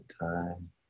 time